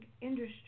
industry